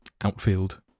outfield